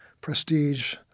prestige